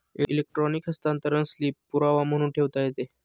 electronic हस्तांतरण slip पुरावा म्हणून ठेवता येते